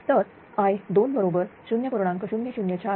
तर i2 बरोबर 0